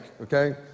okay